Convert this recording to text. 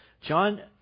John